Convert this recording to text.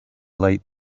late